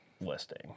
listing